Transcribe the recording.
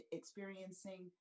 experiencing